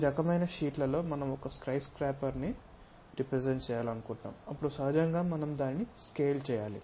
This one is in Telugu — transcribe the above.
ఈ రకమైన షీట్లలో మనం ఒక స్కై స్క్రాపర్ ని రెప్రెసెంట్ చేయాలనుకుంటున్నాము అప్పుడు సహజంగా మనం దానిని స్కేల్ చేయాలి